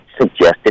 suggested